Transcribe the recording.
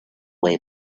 way